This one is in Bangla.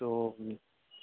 তো হুম